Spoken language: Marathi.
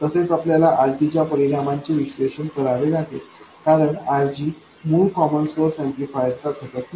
तसेच आपल्याला RG च्या परिणामाचे विश्लेषण करावे लागेल कारण RG मूळ कॉमन सोर्स ऍम्प्लिफायर चा घटक नाही